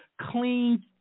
clean